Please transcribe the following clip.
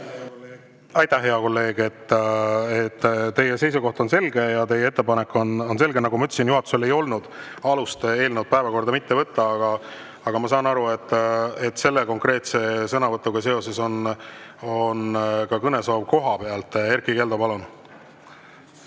Aitäh, hea kolleeg! Teie seisukoht on selge ja teie ettepanek on selge. Nagu ma ütlesin, juhatusel ei olnud alust eelnõu päevakorda mitte võtta. Aga ma saan aru, et selle konkreetse sõnavõtuga seoses on ka kõnesoov kohapealt. Erkki Keldo, palun!